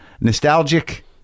nostalgic